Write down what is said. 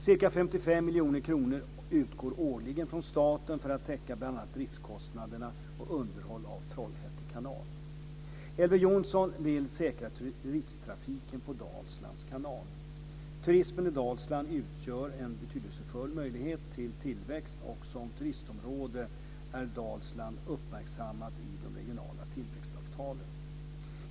Ca 55 miljoner kronor utgår årligen från staten för att täcka bl.a. driftskostnader och underhåll av Trollhätte kanal. Elver Jonsson vill säkra turisttrafiken på Dalslands kanal. Turismen i Dalsland utgör en betydelsefull möjlighet till tillväxt, och som turistområde är Dalsland uppmärksammat i de regionala tillväxtavtalen.